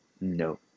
no